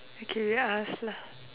okay wait I ask lah